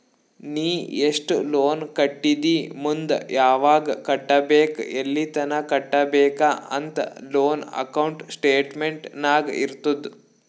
ನೀ ಎಸ್ಟ್ ಲೋನ್ ಕಟ್ಟಿದಿ ಮುಂದ್ ಯಾವಗ್ ಕಟ್ಟಬೇಕ್ ಎಲ್ಲಿತನ ಕಟ್ಟಬೇಕ ಅಂತ್ ಲೋನ್ ಅಕೌಂಟ್ ಸ್ಟೇಟ್ಮೆಂಟ್ ನಾಗ್ ಇರ್ತುದ್